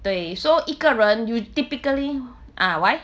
对 so 一个人 you typically ah why